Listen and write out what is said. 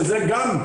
שזה גם,